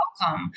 welcome